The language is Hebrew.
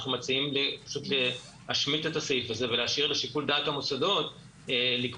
אנחנו מציעים להשמיט את הסעיף הזה ולהשאיר לשיקול דעת המוסדות לקבוע